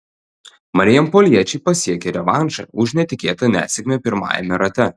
marijampoliečiai pasiekė revanšą už netikėtą nesėkmę pirmajame rate